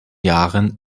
jahren